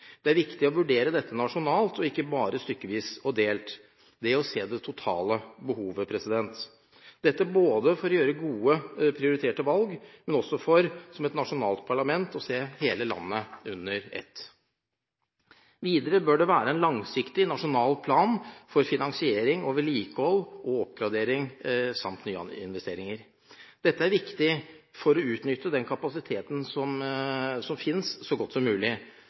Det er viktig å vurdere dette nasjonalt og ikke bare stykkevis og delt – se det totale behovet. Dette er både for å gjøre gode, prioriterte valg, og, som nasjonalt parlament, å se hele landet under ett. Videre bør det være en langsiktig, nasjonal plan for finansiering av vedlikehold, oppgradering samt nyinvesteringer. Dette er viktig for å utnytte den kapasiteten som finnes, så godt som mulig,